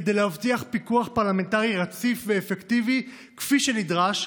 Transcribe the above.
כדי להבטיח פיקוח פרלמנטרי רציף ואפקטיבי כפי שנדרש,